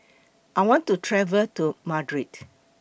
I want to travel to Madrid